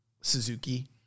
Suzuki